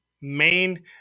main